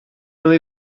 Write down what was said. byli